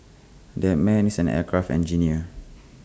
that man is an aircraft engineer